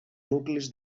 nuclis